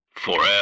Forever